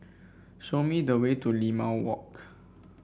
show me the way to Limau Walk